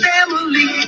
Family